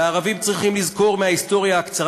והערבים צריכים לזכור מההיסטוריה הקצרה